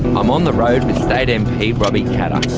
i'm on the road with state mp robbie katter,